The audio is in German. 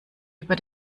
über